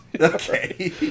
Okay